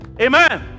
Amen